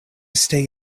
stay